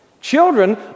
Children